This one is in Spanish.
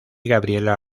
gabriela